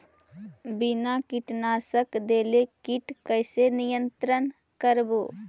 बिना कीटनाशक देले किट कैसे नियंत्रन करबै?